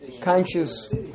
conscious